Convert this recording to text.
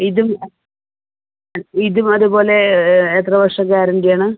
ഇതും ഇതുമതുപോലെ എത്ര വർഷ ഗ്യാരന്റിയാണ്